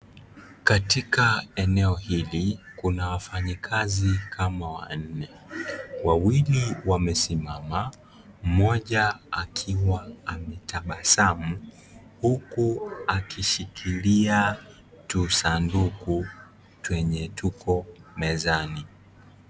Katika eneo hili kuna wafanyikazi kama wanne, wawili wamesimama, mmoja akiwa ametabasamu huku akishikilia tu sanduku twenye tuko mezani.